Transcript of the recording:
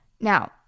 Now